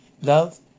love